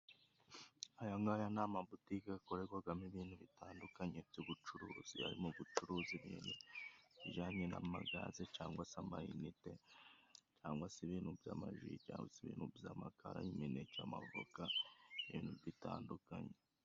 Ayangaya ni amabutike gakorerwagamo ibintu bitandukanye by'ubucuruzi harimo: gucuruza ibintu bijyanye n'amagaze, cyangwa se amayinite, cyangwa se ibintu by'amaji, cyangwa se ibintu by'amakara, imineke, amavoka, ibintu bitandukanye.